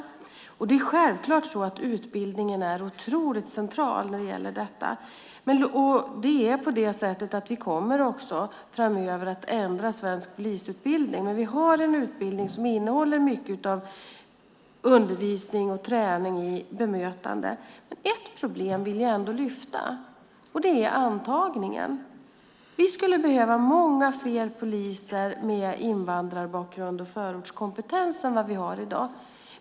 Utbildningen är självklart otroligt central när det gäller detta. Vi kommer också framöver att ändra svensk polisutbildning, men vi har en utbildning som innehåller mycket undervisning och träning i bemötande. Ett problem vill jag ändå lyfta fram. Det är antagningen. Vi skulle behöva många fler poliser med invandrarbakgrund och förortskompetens än vad vi har i dag.